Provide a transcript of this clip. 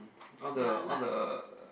all the all the